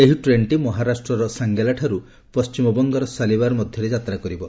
ଏହି ଟ୍ରେନ୍ଟି ମହାରାଷ୍ଟ୍ରର ସାଙ୍ଗେଲାଠାରୁ ପଶ୍ଚିମବଙ୍ଗର ଶାଲିମାର୍ ମଧ୍ୟରେ ଯାତ୍ରା କରିବ